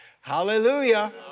Hallelujah